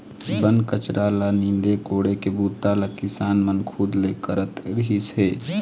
बन कचरा ल नींदे कोड़े के बूता ल किसान मन खुद ले करत रिहिस हे